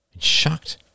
shocked